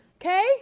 okay